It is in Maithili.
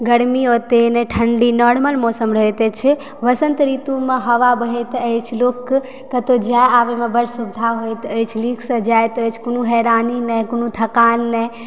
गर्मी ओतए नहि ठण्डी नॉर्मल मौसम रहैत अछि वसन्त ऋतुमे हवा बहैत अछि लोकके कतहुँ जे आबयमे बड्ड सुबिधा होइत अछि नीकसँ जाइत अछि कोनो हेरानी नहि कोनो थकान नहि